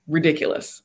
Ridiculous